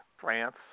France